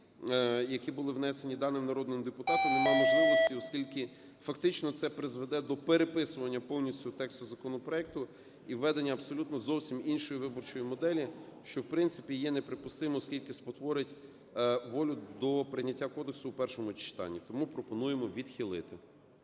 які були внесені даним народним депутатом, нема можливості. Оскільки фактично це призведе до переписування повністю тексту законопроекту і введення абсолютно зовсім іншої виборчої моделі, що в принципі є неприпустимо, оскільки спотворить волю до прийняття кодексу у першому читанні. Тому пропонуємо відхилити.